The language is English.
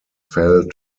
fell